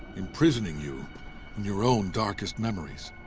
imprisoning you in your own darkest memories.